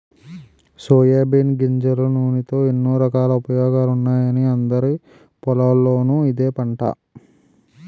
soybean గింజల నూనెతో ఎన్నో రకాల ఉపయోగాలున్నాయని అందరి పొలాల్లోనూ ఇదే పంట